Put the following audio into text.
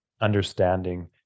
understanding